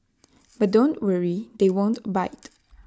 but don't worry they won't bite